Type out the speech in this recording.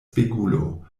spegulo